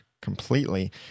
completely